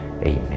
Amen